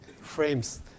frames